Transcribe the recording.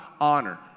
honor